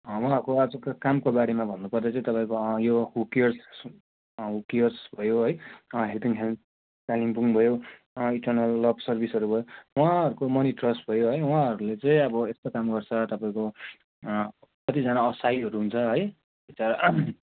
उहाँको अझ कामको बारेमा भन्नुपर्दा चाहिँ तपाईँको यो हु केयर्स हु केयर्स भयो है हेल्पिङ ह्यान्ड्स कालिम्पोङ भयो इटरनल लभ सर्भिसहरू भयो उहाँहरूको मनी ट्रस्ट भयो है उहाँहरूले चाहिँ अब यस्तो काम गर्छ तपाईँको कतिजना असहायहरू हुन्छ है बिचरा